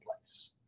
place